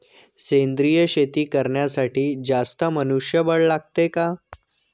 सेंद्रिय शेती करण्यासाठी जास्त मनुष्यबळ लागते का?